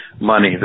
money